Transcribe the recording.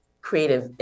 creative